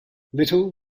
little